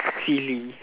silly